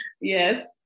Yes